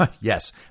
Yes